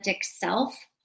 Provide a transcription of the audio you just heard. self